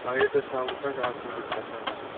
आइए तो शाम तक आपको दिखाता हूँ फोन